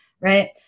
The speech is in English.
Right